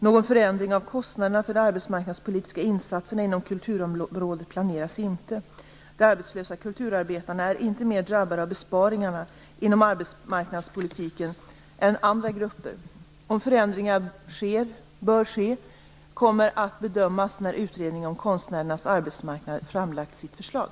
Någon förändring av kostnaderna för de arbetsmarknadspolitiska insatserna inom kulturområdet planeras inte. De arbetslösa kulturarbetarna är inte mer drabbade av besparingarna inom arbetsmarknadspolitiken än andra grupper. Om förändringar bör ske, kommer att bedömas när utredningen om konstnärernas arbetsmarknad framlagt sitt förslag.